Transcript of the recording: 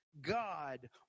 God